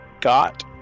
got